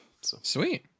Sweet